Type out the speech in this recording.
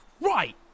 Right